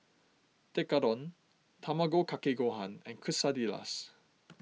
Tekkadon Tamago Kake Gohan and Quesadillas